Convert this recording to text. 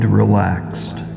relaxed